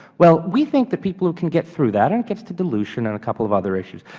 well, we think that people can get through that and it gets to dilution and couple of other issues.